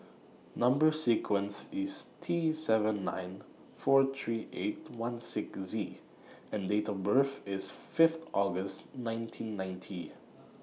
Number sequence IS T seven nine four three eight one six Z and Date of birth IS Fifth August nineteen ninety